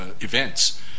events